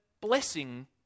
blessing